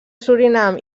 surinam